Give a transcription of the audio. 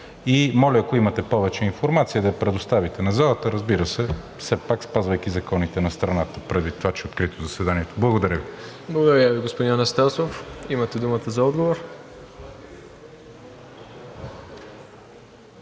Моля, ако имате повече информация, да я предоставите на залата, разбира се, все пак, спазвайки законите на страната, предвид това, че е открито заседанието. Благодаря Ви. ПРЕДСЕДАТЕЛ МИРОСЛАВ ИВАНОВ: Благодаря Ви, господин Анастасов. Имате думата за отговор.